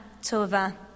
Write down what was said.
Tova